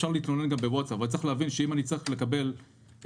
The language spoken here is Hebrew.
אפשר להתלונן גם בוואטסאפ אבל צריך להבין שאם אני צריך לקבל את